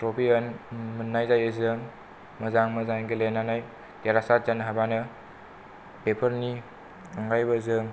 trophy होन मोननाय जायो जों मोजां मोजां गेलेनानै देरहासार जानो हाबानो बेफोरनि अनगायैबो जों